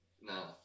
No